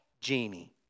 genie